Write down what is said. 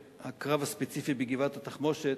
האלה.